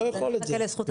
אחכה לזכות הדיבור.